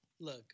Look